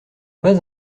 pas